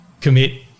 commit